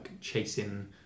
chasing